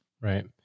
Right